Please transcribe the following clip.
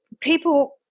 people